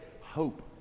hope